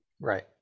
right